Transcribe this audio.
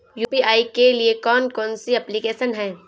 UPI के लिए कौन कौन सी एप्लिकेशन हैं?